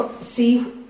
see